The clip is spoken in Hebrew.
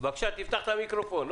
בוקר טוב לכולם.